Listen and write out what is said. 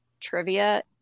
trivia